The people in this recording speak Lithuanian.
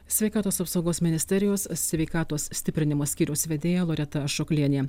sveikatos apsaugos ministerijos sveikatos stiprinimo skyriaus vedėja loreta ašoklienė